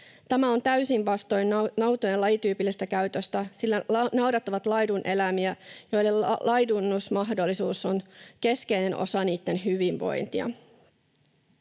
Tämä on täysin vastoin nautojen lajityypillistä käytöstä, sillä naudat ovat laiduneläimiä, joiden laidunnusmahdollisuus on keskeinen osa niitten hyvinvointia.